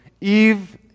Eve